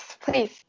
please